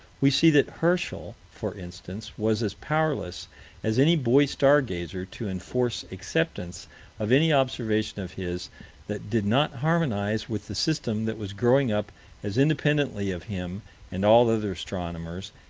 we see that herschel, for instance, was as powerless as any boy stargazer, to enforce acceptance of any observation of his that did not harmonize with the system that was growing up as independently of him and all other astronomers,